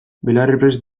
belarriprest